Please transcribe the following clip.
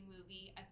movie